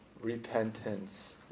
repentance